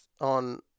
on